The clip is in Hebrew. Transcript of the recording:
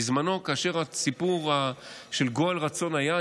בזמנו, כאשר הסיפור של גואל רצון היה,